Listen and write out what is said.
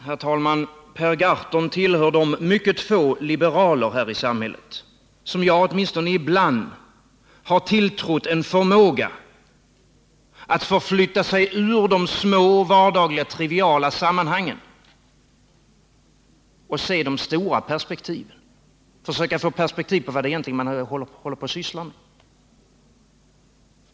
Herr talman! Per Gahrton tillhör de mycket få liberaler här i samhället som jag åtminstone ibland har tilltrott en förmåga att förflytta sig ur de små vardagliga triviala sammanhangen, att se de stora perspektiven och försöka få grepp om vad man egentligen sysslar med.